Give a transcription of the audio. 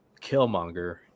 Killmonger